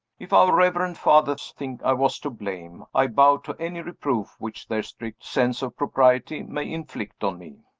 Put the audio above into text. if our reverend fathers think i was to blame, i bow to any reproof which their strict sense of propriety may inflict on me.